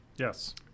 Yes